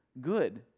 good